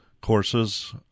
courses